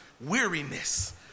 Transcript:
weariness